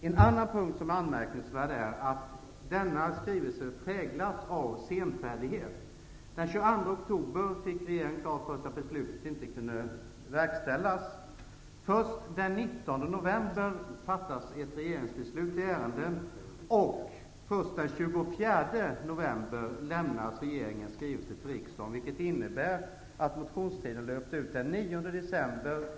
En annan anmärkningsvärd punkt är att denna skrivelse präglas av senfärdighet. Den 22 oktober fick regeringen klart för sig att beslutet inte kunde verkställas. Först den 19 november fattades ett regeringsbeslut i ärendet, och inte förrän den 24 november lämnades regeringens skrivelse till riksdagen. Det innebar att motionstiden löpte ut den 9 december.